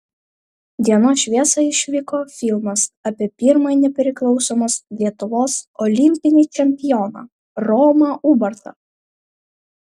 dienos šviesą išvyko filmas apie pirmąjį nepriklausomos lietuvos olimpinį čempioną romą ubartą